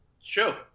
Sure